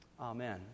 Amen